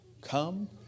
Come